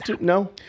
No